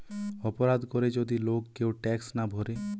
অপরাধ করে যদি লোক কেউ ট্যাক্স না ভোরে